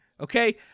okay